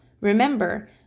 Remember